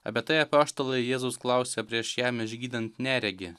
apie tai apaštalai jėzus klausė prieš jam išgydant neregį